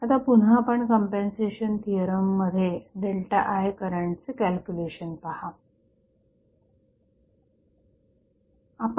आता पुन्हा आपण कंपेंन्सेशन थिअरममध्ये ΔI करंटचे कॅल्क्युलेशन पहा